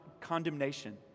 condemnation